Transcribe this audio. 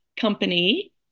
Company